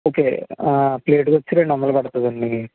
okay ప్లేటుకొచ్చి రెండొందలు పడుతుందండి